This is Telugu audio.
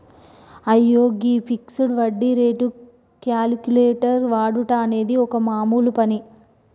అయ్యో గీ ఫిక్సడ్ వడ్డీ రేటు క్యాలిక్యులేటర్ వాడుట అనేది ఒక మామూలు పని